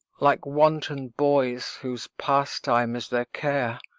like wanton boys whose pastime is their care,